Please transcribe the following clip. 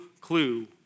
clue